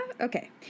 Okay